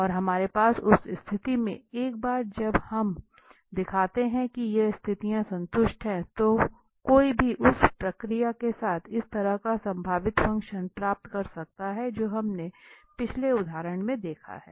और हमारे पास उस स्थिति में एक बार जब हम दिखाते हैं कि ये स्थितियां संतुष्ट हैं तो कोई भी उस प्रक्रिया के साथ इस तरह का संभावित फ़ंक्शन प्राप्त कर सकता है जो हमने पिछले उदाहरण में देखा है